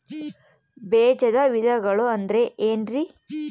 ಬೇಜದ ವಿಧಗಳು ಅಂದ್ರೆ ಏನ್ರಿ?